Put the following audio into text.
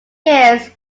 years